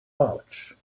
pouch